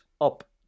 up